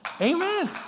Amen